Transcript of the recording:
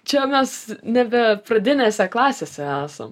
čia mes nebe pradinėse klasėse esam